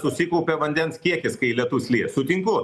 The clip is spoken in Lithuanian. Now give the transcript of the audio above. susikaupia vandens kiekis kai lietus lyja sutinku